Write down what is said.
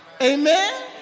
Amen